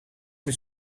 met